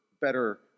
better